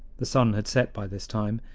the sun had set by this time,